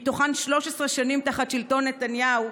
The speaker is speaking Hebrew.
מתוכן 13 שנים תחת שלטון נתניהו,